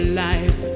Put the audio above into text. life